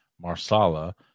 Marsala